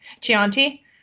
Chianti